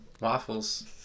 Waffles